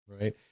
Right